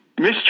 Miss